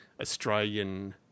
Australian